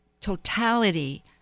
totality